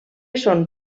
són